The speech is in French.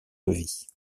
levis